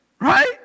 right